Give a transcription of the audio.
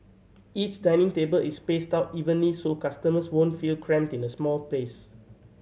each dining table is spaced out evenly so customers won't feel cramped in a small space